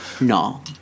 No